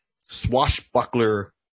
swashbuckler